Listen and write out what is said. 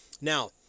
Now